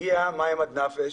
שהגיעו מים עד נפש.